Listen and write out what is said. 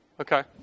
Okay